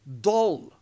dull